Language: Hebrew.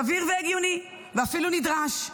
סביר והגיוני ואפילו נדרש.